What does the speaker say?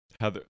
Heather